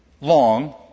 long